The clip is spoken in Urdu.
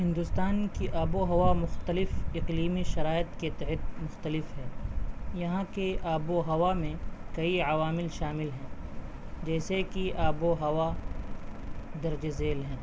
ہندوستان کی آب و ہوا مختلف اقلیمی شرائط کے تحت مختلف ہے یہاں کے آب و ہوا میں کئی عوامل شامل ہیں جیسے کہ آب و ہوا درجہ ذیل ہیں